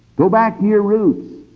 go back to your roots.